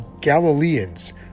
Galileans